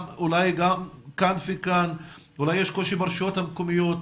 אולי יש קושי ברשויות המקומיות?